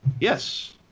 yes